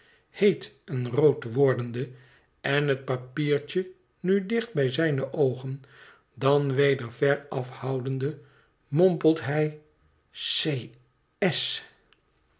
heet en rood wordende en het papiertje nu dicht bij zijne oogen dan weder veraf houdende mompelt hij c s